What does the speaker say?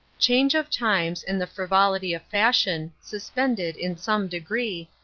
change of times, and the frivolity of fashion, suspended, in some degree,